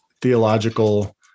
theological